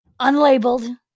unlabeled